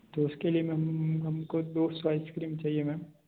तो उसके लिए मैम हम को दो सौ आइसक्रीम चाहिए मैम